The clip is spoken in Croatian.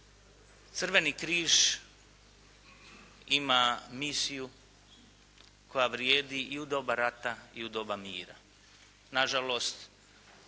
Crveni križ ima misiju koja vrijedi i u doba rata i u doba mira. Na žalost